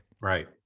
Right